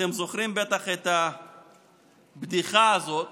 אתם זוכרים בטח את הבדיחה הזאת